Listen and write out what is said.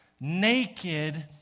naked